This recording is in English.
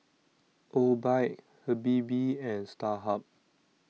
Obike Habibie and Starhub